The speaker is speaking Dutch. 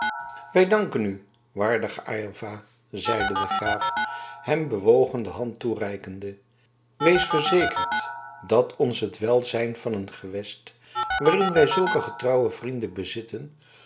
wij danken u waardige aylva zeide de graaf hem bewogen de hand toereikende wees verzekerd dat ons het welzijn van een gewest waarin wij zulke getrouwe vrienden bezitten